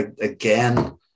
again